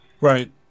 Right